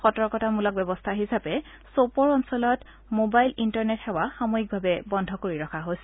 সতৰ্কতামূলক ব্যৱস্থা হিচাপে ছপ'ৰ অঞ্চলত ম'বাইল ইণ্টাৰনেট সেৱা সাময়িকভাৱে বন্ধ কৰি ৰখা হৈছে